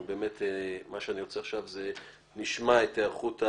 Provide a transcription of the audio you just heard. מה שאני רוצה עכשיו זה לשמוע על היערכות,